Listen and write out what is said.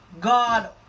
God